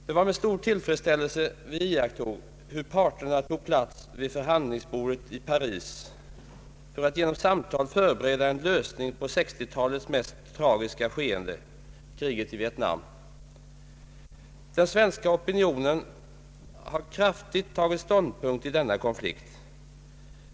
Det var med stor tillfredsställelse vi iakttog hur parterna tog plats vid förhandlingsbordet i Paris för att genom samtal förbereda en lösning på 1960 talets mest tragiska skeende: kriget i Vietnam. Den svenska opinionen har kraftigt tagit ståndpunkt i denna konflikt.